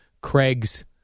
Craig's